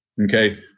okay